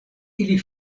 ili